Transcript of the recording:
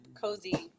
cozy